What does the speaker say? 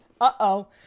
uh-oh